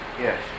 Yes